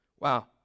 Wow